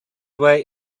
way